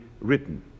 written